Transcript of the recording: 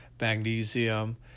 magnesium